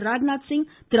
Rajnath Singh Thiru